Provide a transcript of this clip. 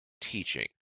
teaching